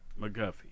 McGuffey